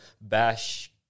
bash